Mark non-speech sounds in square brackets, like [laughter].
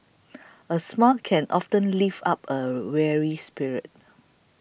[noise] a smile can often lift up a weary spirit